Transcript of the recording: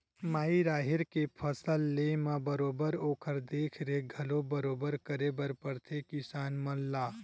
माई राहेर के फसल लेय म बरोबर ओखर देख रेख घलोक बरोबर करे बर परथे किसान मन ला